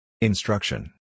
Instruction